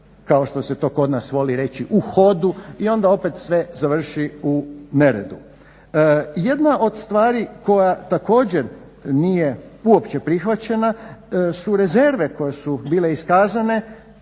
kao što se to kod nas voli reći u hodu i onda opet sve završi u neredu. Jedna od stvari koja također nije uopće prihvaćena su rezerve koje su bile iskazane